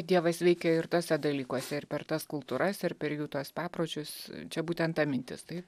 dievas veikia ir tuose dalykuose ir per tas kultūras ir per jų tuos papročius čia būtent ta mintis taip